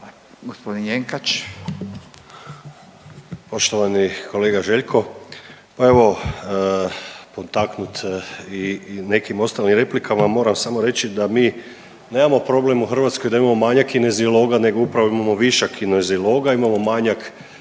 Siniša (HDZ)** Poštovani kolega Željko, pa evo potaknut i nekim ostalim replikama moram samo reći da mi nemamo problem u Hrvatskoj da imamo manjak kineziologa, nego upravo imamo višak kineziologa. Imamo manjak radnih mjesta